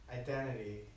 identity